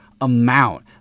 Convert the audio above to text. amount